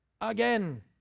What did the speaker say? again